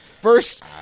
first